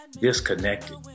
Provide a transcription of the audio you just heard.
disconnected